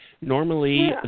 Normally